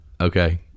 Okay